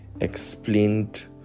explained